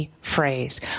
phrase